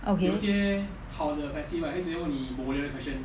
okay